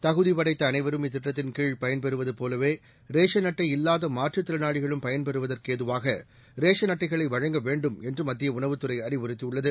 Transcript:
தகுதிபடைத்தஅளைவரும் இத்திட்டத்தின் கீழ் பயன்பெறுவதுபோலவேரேஷன் அட்டை இல்லாதமாற்றுத் திறனாளிகளும் பயன் பெறுவதற்கேதுவாகரேஷன் அட்டைகளைவழங்க வேண்டும் என்றுமத்தியஉணவுத் துறைஅறிவுறுத்தியுள்ளது